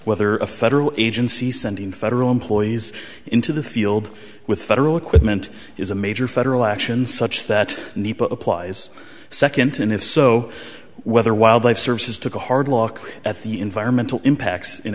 whether a federal agency sending federal employees into the field with federal equipment is a major federal action such that applies second and if so whether wildlife services took a hard look at the environmental impact